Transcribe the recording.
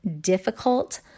difficult